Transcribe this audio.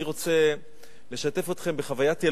אני רוצה לשתף אתכם בחוויית ילדות.